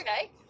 Okay